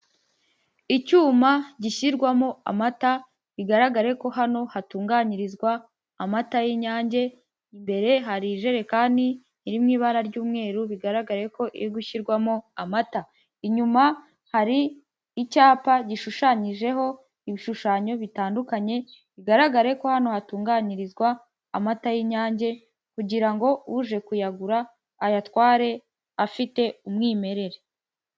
Icyuma gishyirwamo amata, bigaragare ko hano hatunganyirizwa amata y'inyange, imbere hari ijerekani iri mu ibara ry'umweru, bigaragare ko iri gushyirwamo amata, inyuma hari icyapa gishushanyijeho ibishushanyo bitandukanye, bigaragare ko hano hatunganyirizwa amata y'inyange, kugira ngo uje kuyagura ayatware, afite umwimerere.